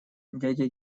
дядя